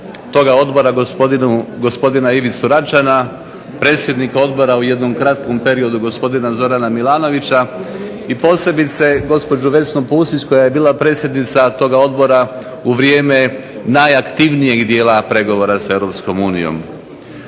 toga Odbora, gospodina Ivicu Račana, predsjednika Odbora u jednom kratkom periodu gospodina Zorana Milanovića i posebice gospođu Vesnu Pusić koja je bila predsjednica toga Odbora u vrijeme najaktivnijeg dijela pregovora sa